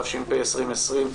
התש"ף-2020,